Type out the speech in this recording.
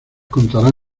contarán